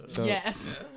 Yes